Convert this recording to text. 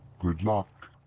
good luck.